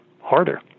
harder